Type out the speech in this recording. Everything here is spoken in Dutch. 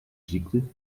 ziekte